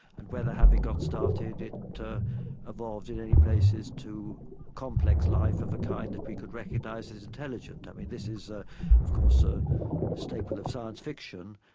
and whether having got started it evolved in any places to complex life of a kind that we could recognize as intelligent. i mean, this is, ah of course, a staple of science fiction,